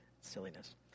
Silliness